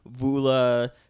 Vula